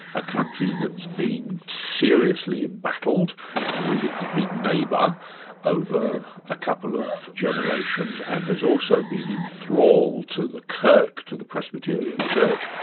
a country that's been seriously embattled with its big neighbour over a couple of generations and has also been in thrall to the kirk, to the presbyterian church,